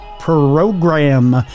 program